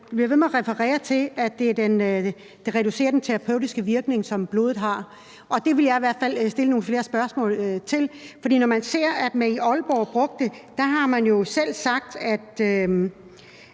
med at referere til, at det reducerer den terapeutiske virkning, som blodet har. Det vil jeg i hvert fald stille nogle flere spørgsmål til, for når man ser, hvad de i Aalborg brugte, så har man jo selv sagt,